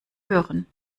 hören